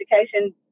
education